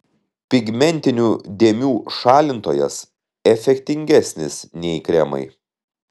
pigmentinių dėmių šalintojas efektingesnis nei kremai